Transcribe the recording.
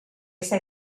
esa